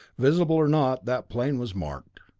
visible or not, that plane was marked.